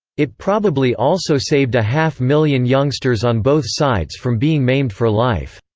it probably also saved a half million youngsters on both sides from being maimed for life.